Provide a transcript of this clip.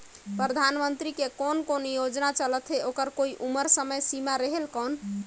परधानमंतरी के कोन कोन योजना चलत हे ओकर कोई उम्र समय सीमा रेहेल कौन?